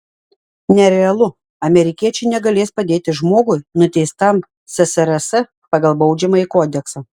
nerealu amerikiečiai negalės padėti žmogui nuteistam ssrs pagal baudžiamąjį kodeksą